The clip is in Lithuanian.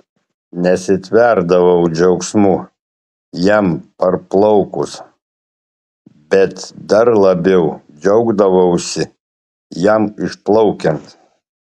nesitverdavau džiaugsmu jam parplaukus bet dar labiau džiaugdavausi jam išplaukiant